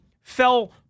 fell